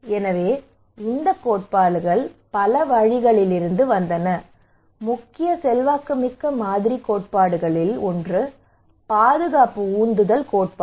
எனவே இந்த கோட்பாடுகள் பல வழிகளிலிருந்து வந்தன முக்கிய செல்வாக்குமிக்க மாதிரி கோட்பாடுகளில் ஒன்று பாதுகாப்பு உந்துதல் கோட்பாடு